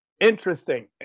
interesting